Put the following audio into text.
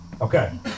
Okay